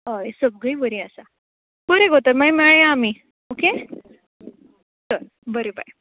हय सगळीं बरीं आसा बरें गो तर मागीर मेळ्या आमी ओके चल बरें बाय